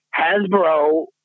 Hasbro